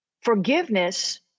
Forgiveness